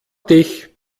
dich